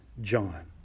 John